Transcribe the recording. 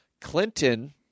Clinton